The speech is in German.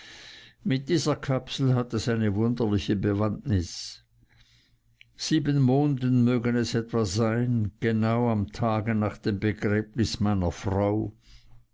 mit dieser kapsel hat es eine wunderliche bewandtnis sieben monden mögen es etwa sein genau am tage nach dem begräbnis meiner frau